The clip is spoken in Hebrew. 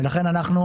ולכן אנחנו,